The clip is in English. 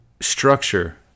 structure